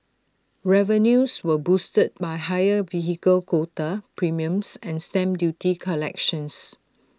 revenues were boosted by higher vehicle quota premiums and stamp duty collections